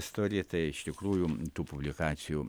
stori tai iš tikrųjų tų publikacijų